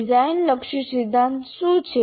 design લક્ષી સિદ્ધાંત શું છે